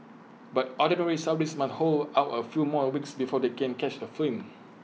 but Ordinary Saudis must hold out A few more weeks before they can catch A